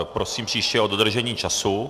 Prosím příště o dodržení času.